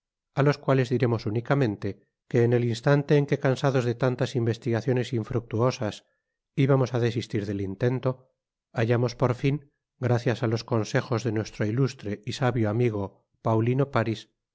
á los cuales diremos únicamente que en el instante en que cansados de tantas investigaciones infructuosas ibamos á desistir del intento hallamos por fin gracias á los consejos de nuestro ilustre y sabio amigo paulino páris un